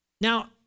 Now